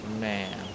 man